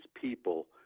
people